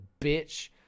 bitch